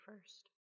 first